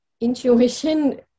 intuition